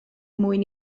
mwyn